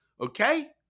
okay